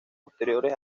posteriores